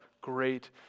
great